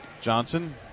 Johnson